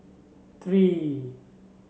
three